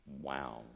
Wow